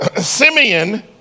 Simeon